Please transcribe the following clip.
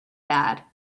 bad